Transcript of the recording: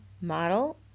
model